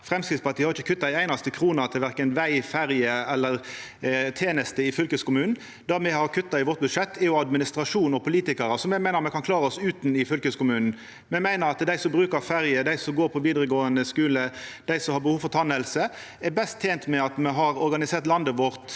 Framstegspartiet har ikkje kutta ei einaste krone til verken veg, ferje eller teneste i fylkeskommunen. Det me har kutta i vårt budsjett, er administrasjon og politikarar som me meiner me kan klara oss utan i fylkeskommunen. Me meiner at dei som brukar ferjer, dei som går på vidaregåande skule, og dei som har behov for tannhelse, er best tente med at me har organisert landet vårt